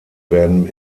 werden